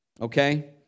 Okay